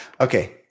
Okay